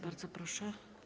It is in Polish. Bardzo proszę.